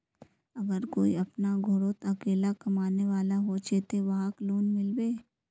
अगर कोई अपना घोरोत अकेला कमाने वाला होचे ते वहाक लोन मिलबे?